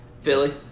Philly